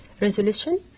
resolution